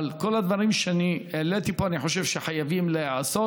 אבל כל הדברים שהעליתי פה אני חושב שחייבים להיעשות.